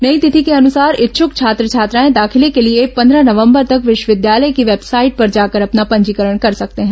नई तिथि के अनुसार इच्छुक छात्र छात्राएं दाखिले के लिए पंद्रह नवंबर तक विश्वविद्यालय की वेबसाइट पर जाकर अपना पंजीकरण कर सकते हैं